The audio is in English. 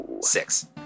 Six